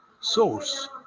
Source